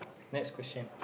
next question